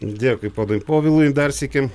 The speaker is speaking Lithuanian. dėkui ponui povilui dar sykį